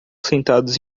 sentados